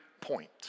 point